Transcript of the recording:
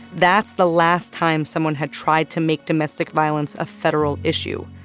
that's the last time someone had tried to make domestic violence a federal issue.